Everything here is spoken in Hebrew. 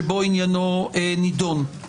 ששם עניינו נידון,